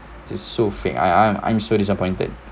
it's so fake I I'm I'm so disappointed